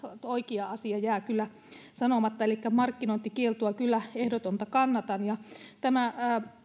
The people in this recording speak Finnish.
oikea asia jää kyllä sanomatta eli ehdotonta markkinointikieltoa kyllä kannatan ja tämä